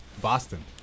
Boston